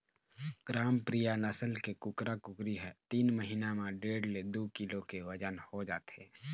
ग्रामप्रिया नसल के कुकरा कुकरी ह तीन महिना म डेढ़ ले दू किलो के बजन हो जाथे